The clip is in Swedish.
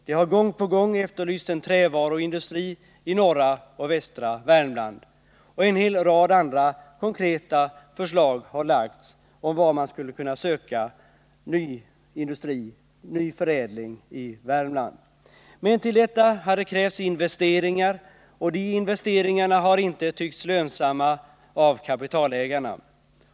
Det har gång på gång efterlysts en trävaruindustri i norra och västra Värmland. En hel rad andra konkreta förslag om var man skulle kunna söka ny industri och 127 förädling i Värmland har också lagts fram. Men till detta hade det krävts investeringar, och de investeringarna har inte tyckts lönsamma av kapitalägarna.